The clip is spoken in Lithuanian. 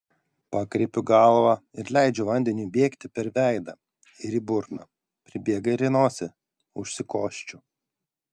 pakreipiu galvą ir leidžiu vandeniui bėgti per veidą ir į burną pribėga ir į nosį užsikosčiu